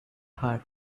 heart